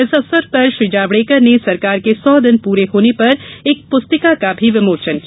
इस अवसर पर जावड़ेकर ने सरकार के सौ दिन पूरे होने पर एक पुस्तिका का भी विमोचन किया